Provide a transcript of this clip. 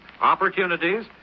opportunities